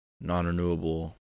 non-renewable